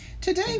Today